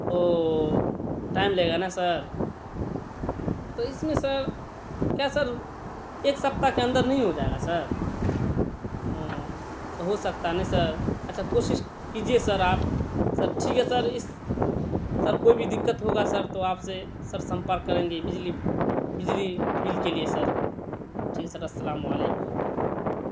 او time لے گا نا سر تو اس میں سر کیا سر ایک سپتاہ کے اندر نہیں ہو جائے گا سر سر ہو سکتا نہیں سر اچھا کوشش کیجیے سر آپ سر ٹھیک ہے سر اس سر کوئی بھی دقت ہوگا سر تو آپ سے سر سمپرک کریں گے بجلی بجلی بل کے لیے سر ٹھیک ہے سر السلام علیکم